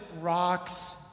rocks